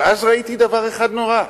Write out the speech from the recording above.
אבל אז ראיתי דבר אחד נורא: